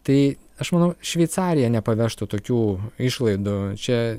tai aš manau šveicarija nepavežtų tokių išlaidų čia